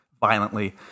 violently